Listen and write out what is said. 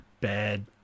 bad